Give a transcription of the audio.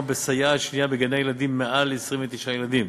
בסייעת שנייה בגני-ילדים עם מעל 29 ילדים